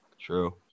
True